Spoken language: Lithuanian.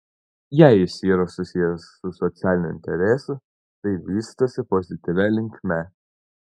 jei jis yra susijęs su socialiniu interesu tai vystosi pozityvia linkme